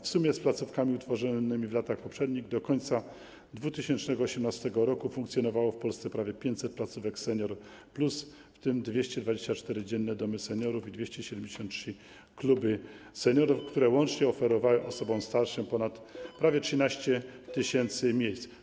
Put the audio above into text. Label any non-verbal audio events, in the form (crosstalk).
W sumie razem z placówkami utworzonymi w latach poprzednich do końca 2018 r. funkcjonowało w Polsce prawie 500 placówek Senior+, w tym 224 dzienne domy seniorów i 273 kluby seniorów, (noise) które łącznie oferowały osobom starszym prawie 13 tys. miejsc.